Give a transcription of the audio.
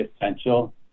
essential